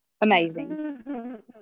amazing